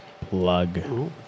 plug